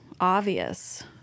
obvious